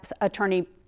attorney